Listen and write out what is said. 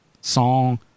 song